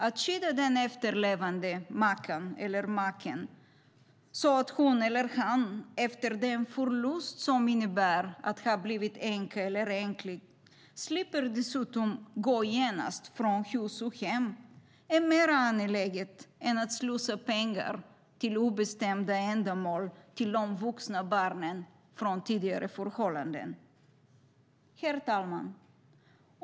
Att skydda den efterlevande makan eller maken så att hon eller han efter den förlust det innebär att ha blivit änka eller änkling slipper att genast gå från hus och hem är mer angeläget än att slussa pengar till obestämda ändamål till de vuxna barnen från tidigare förhållanden. Herr talman!